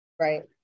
Right